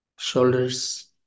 Shoulders